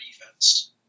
defense